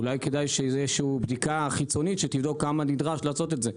אולי כדאי שתהיה איזה שהיא בדיקה חיצונית שתבדוק כמה נדרש לעשות את זה.